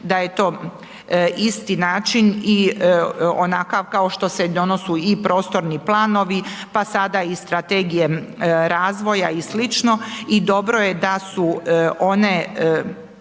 da je to isti način i onakav kao što se donose i prostorni planovi pa sada i strategije razvoja i slično. I dobro je da su one